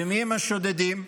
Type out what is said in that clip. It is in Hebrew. ומיהם השודדים?